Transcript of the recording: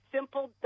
Simple